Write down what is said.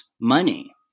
money